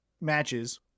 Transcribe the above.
matches